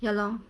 ya lor